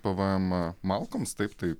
pvm malkoms taip tai